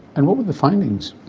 and what were the findings?